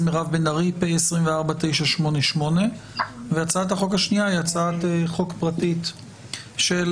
הצעה אחת היא הצעת חוק ממשלתית, הצעת